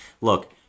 look